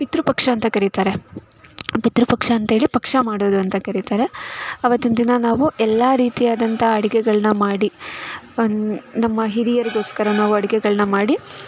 ಪಿತೃ ಪಕ್ಷ ಅಂತ ಕರೀತಾರೆ ಪಿತೃ ಪಕ್ಷ ಅಂತ್ಹೇಳಿ ಪಕ್ಷ ಮಾಡೋದು ಅಂತ ಕರೀತಾರೆ ಅವತ್ತಿನ ದಿನ ನಾವು ಎಲ್ಲ ರೀತಿ ಆದಂಥ ಅಡುಗೆಗಳ್ನ ಮಾಡಿ ಒಂದು ನಮ್ಮ ಹಿರಿಯರಿಗೋಸ್ಕರ ನಾವು ಅಡುಗೆಗಳ್ನ ಮಾಡಿ